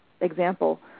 example